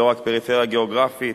לא רק פריפריה גיאוגרפית.